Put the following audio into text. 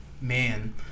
man